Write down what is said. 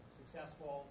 successful